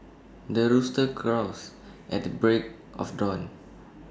the rooster crows at the break of dawn